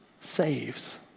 saves